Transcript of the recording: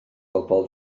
bobol